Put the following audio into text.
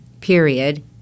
period